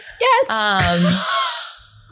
yes